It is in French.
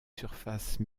surfaces